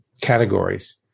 categories